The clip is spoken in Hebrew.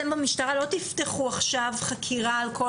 אתם במשטרה לא תפתחו עכשיו חקירה על כל